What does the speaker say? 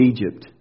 Egypt